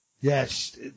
Yes